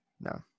No